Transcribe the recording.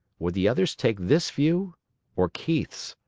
would the others take this view or keith's?